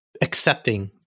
accepting